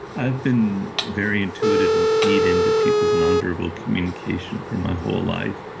i've been very intuitive and keyed into people's nonverbal communication for my whole life.